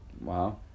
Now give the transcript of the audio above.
Wow